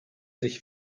sich